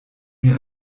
mir